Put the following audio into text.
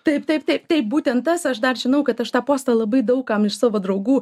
taip taip taip taip būtent tas aš dar žinau kad aš tą postą labai daug kam iš savo draugų